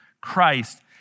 Christ